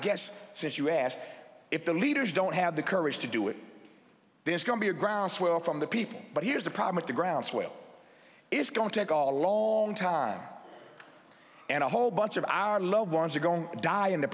guess since you asked if the leaders don't have the courage to do it there's going to be a groundswell from the people but here's the problem with the groundswell is going to call a long time and a whole bunch of our loved ones are going to die in the